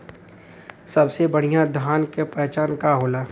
सबसे बढ़ियां धान का पहचान का होला?